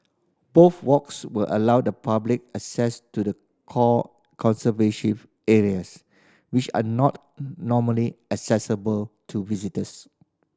both walks will allow the public access to the core conservation areas which are not normally accessible to visitors